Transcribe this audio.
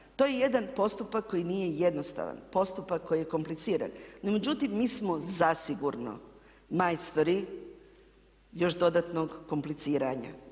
To je jedan postupak koji nije jednostavan, postupak koji je kompliciran. No međutim, mi smo zasigurno majstori još dodatnog kompliciranja.